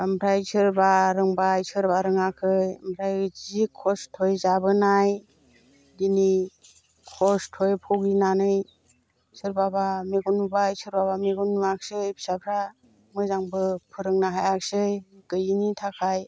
ओमफ्राय सोरबा रोंबाय सोरबा रोङाखै ओमफ्राय जि खस्त'यै जाबोनाय दिनै खस्त'यै भगिनानै सोरबाबा मेगन नुबाय सोरबाबा मेगन नुवाखिसै फिसाफ्रा मोजांबो फोरोंनो हायाखिसै गैयैनि थाखाय